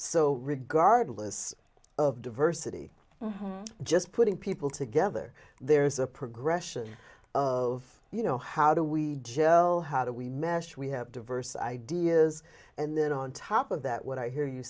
so regardless of diversity just putting people together there's a progression of you know how do we know how do we mesh we have diverse ideas and then on top of that what i hear you